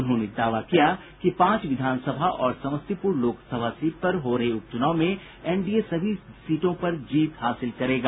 उन्होंने दावा किया कि पांच विधानसभा और समस्तीपुर लोकसभा सीट पर हो रहे उप चुनाव में एनडीए सभी सीटों पर जीत हासिल करेगा